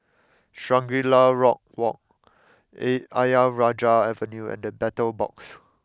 Shangri La Rock Walk A Ayer Rajah Avenue and The Battle Box